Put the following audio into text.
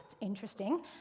Interesting